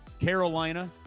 Carolina